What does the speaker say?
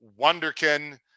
wonderkin